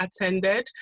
attended